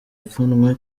ipfunwe